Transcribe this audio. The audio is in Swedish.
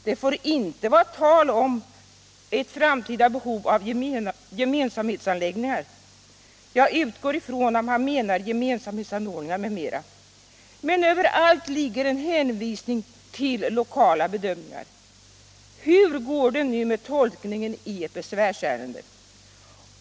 Det får inte vara tal om ett framtida behov av ”gemensamhetsanläggningar” — jag utgår från att man menar gemensamhetsanordningar — m.m. Men -— överallt ligger en hänvisning till lokala bedömningar. Hur går det nu med tolkningen i ett besvärsärende?